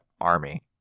army